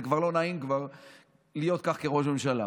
זה כבר לא נעים להיות כך כראש ממשלה,